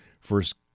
first